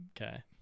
Okay